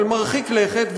אבל מרחיק לכת,